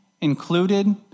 included